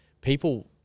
People